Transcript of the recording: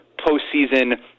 postseason